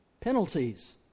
penalties